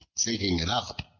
taking it up,